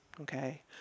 okay